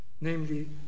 namely